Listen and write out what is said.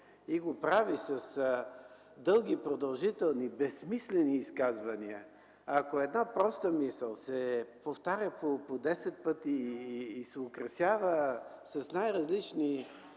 и го прави с дълги, продължителни, безсмислени изказвания; ако една проста мисъл се повтаря по десет пъти и се украсява с най-различни